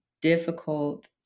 difficult